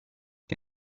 che